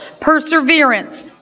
perseverance